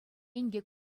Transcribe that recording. инкек